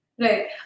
Right